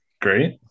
Great